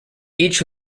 each